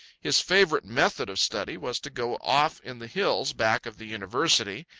his favourite method of study was to go off in the hills back of the university,